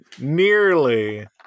nearly